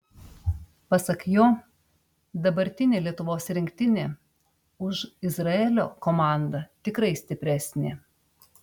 pasak jo dabartinė lietuvos rinktinė už izraelio komandą tikrai stipresnė